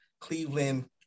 Cleveland